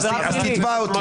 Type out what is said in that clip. אז תתבע אותי.